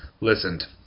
listened